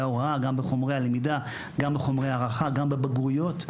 ההוראה; בחומרי הלמידה; בחומרי ההערכה ובבגרויות,